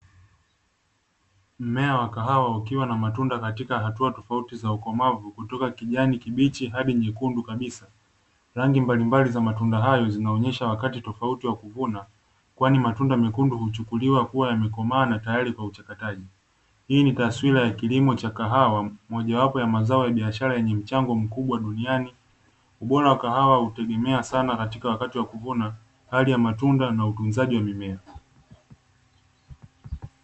Mmea wa kahawa ukiwa na matunda katika hatua tofauti za ukomavu kutoka kijani kibichi hadi nyekundu kabisa. Rangi mbalimbali za matunda hayo zinaonyesha wakati tofauti wa kuvuna, kwani matunda mekundu huchukuliwa kuwa yamekomaa na tayari kwa uchakataji. Hii ni taswira ya kilimo cha kahawa, mojawapo ya mazao ya biashara yenye mchango mkubwa duniani. Ubora wakahawa utegemea sana katika wakati wa kuvuna, hali ya matunda na utunzaji wa mimea.